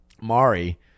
Mari